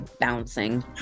bouncing